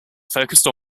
focused